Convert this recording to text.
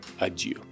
adieu